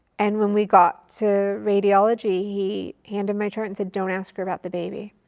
and when we got to radiology, he handed my chart and said, don't ask her about the baby.